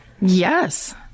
yes